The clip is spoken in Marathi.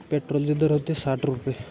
पेट्रोलचे दर होते साठ रुपये